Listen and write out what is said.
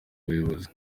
bayobozi